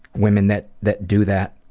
women that that do that.